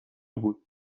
بود